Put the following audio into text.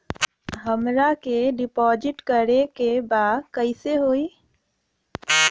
हमरा के डिपाजिट करे के बा कईसे होई?